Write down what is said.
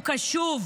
הוא קשוב,